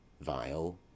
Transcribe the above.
vile